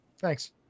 Thanks